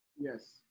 Yes